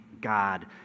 God